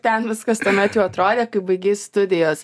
ten viskas tuomet jau atrodė kai baigei studijas